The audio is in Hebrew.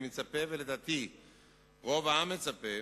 אני מצפה, ולדעתי רוב העם מצפה,